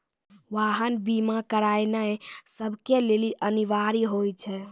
वाहन बीमा करानाय सभ के लेली अनिवार्य होय छै